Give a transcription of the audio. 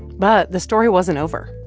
but the story wasn't over.